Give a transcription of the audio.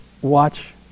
watch